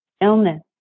illness